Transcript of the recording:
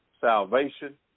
salvation